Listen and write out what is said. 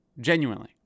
Genuinely